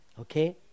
Okay